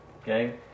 Okay